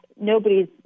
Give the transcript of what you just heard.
Nobody's